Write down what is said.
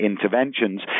interventions